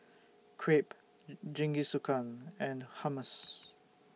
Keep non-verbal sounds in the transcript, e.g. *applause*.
Crepe *unintelligible* Jingisukan and Hummus